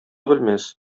белмәс